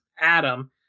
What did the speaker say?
Adam